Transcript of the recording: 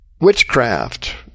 witchcraft